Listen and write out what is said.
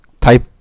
type